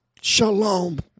Shalom